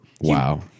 Wow